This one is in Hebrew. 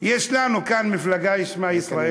יש לנו כאן מפלגה ששמה ישראל ביתנו.